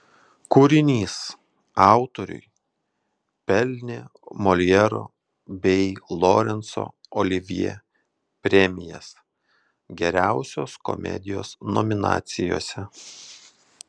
kūrinys autoriui pelnė moljero bei lorenco olivjė premijas geriausios komedijos nominacijose